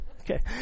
Okay